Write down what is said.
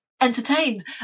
entertained